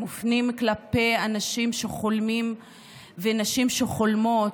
מופנים כלפי אנשים שחולמים ונשים שחולמות,